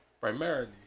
primarily